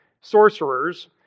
sorcerers